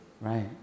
Right